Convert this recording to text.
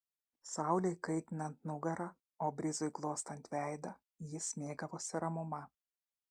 saulei kaitinant nugarą o brizui glostant veidą jis mėgavosi ramuma